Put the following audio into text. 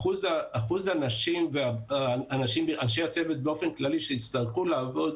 אחוז אנשי הצוות באופן כללי שיצטרכו לעבוד